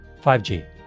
5G